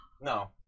No